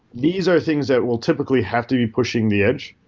these are things that we'll typically have to be pushing the edge.